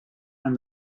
and